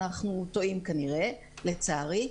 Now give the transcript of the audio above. אנחנו טועים כנראה לצערי.